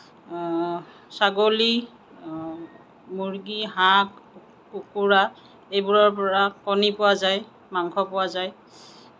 ছাগলী মুৰ্গী হাঁহ কুকুৰা এইবোৰৰ পৰা কণী পোৱা যায় মাংস পোৱা যায়